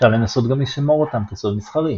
אפשר לנסות גם לשמור אותם כסוד מסחרי.